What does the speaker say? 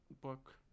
book